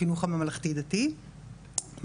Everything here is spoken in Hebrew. בחינוך הממלכתי-דתי,